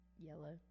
yellow